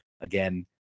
again